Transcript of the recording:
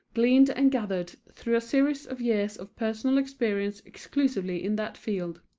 gleaned and gathered through a series of years of personal experience exclusively in that field.